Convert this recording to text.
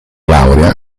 laurea